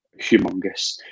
humongous